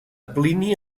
plini